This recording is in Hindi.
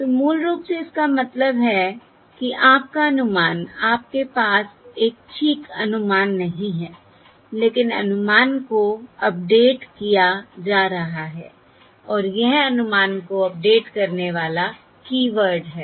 तो मूल रूप से इसका मतलब है कि आपका अनुमान आपके पास एक ठीक अनुमान नहीं है लेकिन अनुमान को अपडेट किया जा रहा है और यह अनुमान को अपडेट करने वाला कीवर्ड है